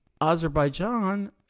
Azerbaijan